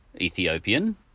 Ethiopian